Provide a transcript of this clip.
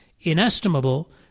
inestimable